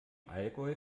allgäu